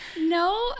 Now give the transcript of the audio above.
No